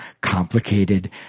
complicated